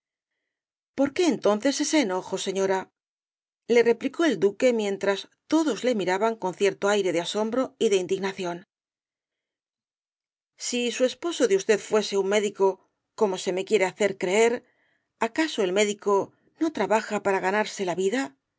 por qué entonces ese enojo señora le replicó el duque mientras todos le miraban con cierto aire de asombro y de indignación si su esposo de usted fuese un médico como se me quiere hacer creer acaso el médico no trabaja para ganarse la vida